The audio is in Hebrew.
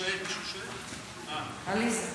חברת